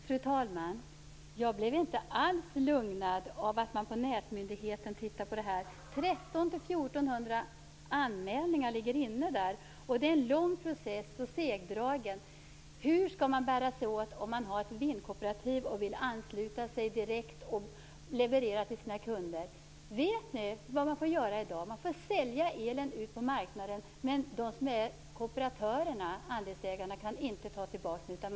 Fru talman! Jag blev inte alls lugnad av att man studerar det här på nätmyndigheten. Där ligger 1 300 1 400 anmälningar, och det är en lång och segdragen process. Hur skall man på ett vindkooperativ bära sig åt, om man vill ansluta sig direkt till sina kunder för leverans av el? Vet ni vad man får göra i dag? Man får sälja elen till marknaden, men kooperatörerna/andelsägarna kan inte få tillbaka den.